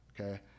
Okay